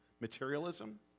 Materialism